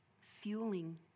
fueling